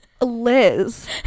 Liz